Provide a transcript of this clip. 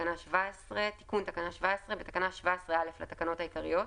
תיקון תקנה 17 בתקנה 17(א) לתקנות העיקריות,